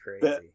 crazy